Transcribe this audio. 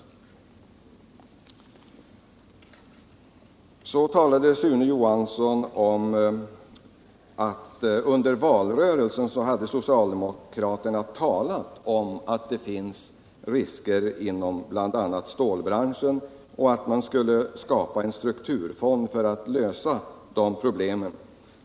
Vidare talade Sune Johansson om att socialdemokraterna under valrörelsen hade anfört att det finns risker inom bl.a. stålindustrin och att man skulle skapa en strukturfond för att lösa de problemen.